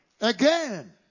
again